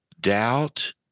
doubt